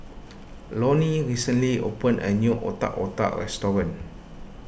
Lonnie recently opened a new Otak Otak restaurant